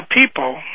people